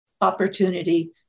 opportunity